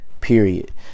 period